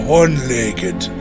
one-legged